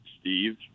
steve